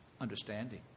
Understanding